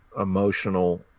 emotional